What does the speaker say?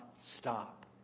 stop